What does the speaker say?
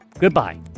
Goodbye